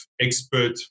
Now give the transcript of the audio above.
expert